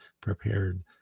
prepared